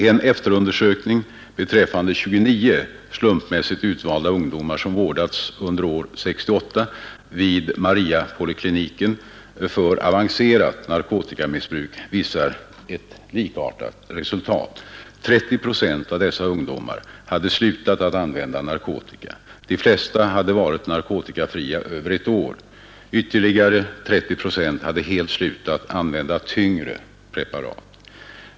En efterundersökning beträffande 29 slumpmässigt utvalda ungdomar som vårdats under år 1968 vid Mariapolikliniken för avancerat narkotikamissbruk visar likartat resultat. 30 procent av dessa ungdomar hade slutat använda narkotika; de flesta hade varit narkotikafria över ett år. Ytterligare 30 procent hade helt slutat använda tyngre preparat.